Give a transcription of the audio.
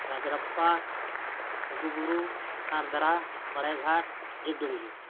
ᱨᱟᱡᱽ ᱨᱟᱯᱯᱟ ᱞᱩᱜᱩ ᱵᱩᱨᱩ ᱫᱷᱟᱨᱟ ᱵᱟᱲᱮ ᱜᱷᱟᱴ ᱡᱤᱵᱽᱰᱩᱝᱨᱤ